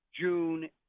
June